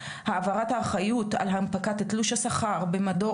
העברת האחריות על הנפקת תלוש השכר במדור